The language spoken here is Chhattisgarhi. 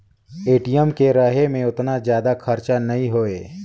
ए.टी.एम के रहें मे ओतना जादा खरचा नइ होए